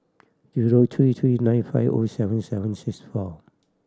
zero three three nine five O seven seven six four